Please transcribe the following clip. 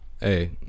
Hey